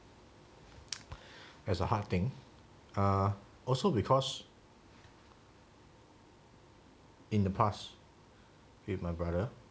it's a hard thing ah also because in the past he's my brother